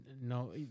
No